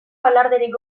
alarderik